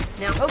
no.